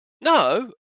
No